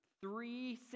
three